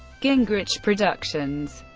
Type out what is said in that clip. gingrich productions